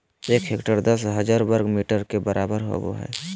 एक हेक्टेयर दस हजार वर्ग मीटर के बराबर होबो हइ